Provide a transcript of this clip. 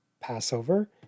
Passover